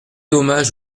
hommage